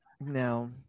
No